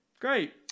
Great